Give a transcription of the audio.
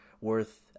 worth